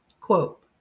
Quote